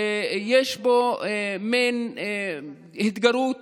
ויש פה מעין התגרות